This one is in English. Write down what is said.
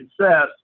success